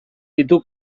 ditu